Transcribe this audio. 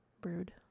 Brood